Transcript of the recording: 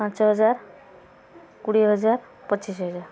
ପାଞ୍ଚହଜାର କୋଡ଼ିଏ ହଜାର ପଚିଶ ହଜାର